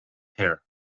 hair